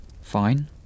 Fine